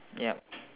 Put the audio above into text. ya